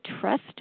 trust